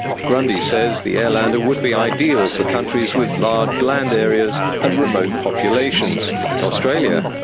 grundy says the airlander would be ideal for countries with large land areas and remote populations, like australia.